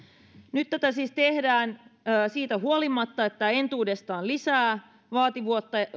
nyt tätä siis tehdään siitä huolimatta että tämä entuudestaan lisää vaativuutta